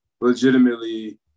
legitimately